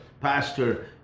pastor